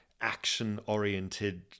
action-oriented